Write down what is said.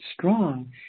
strong